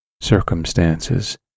circumstances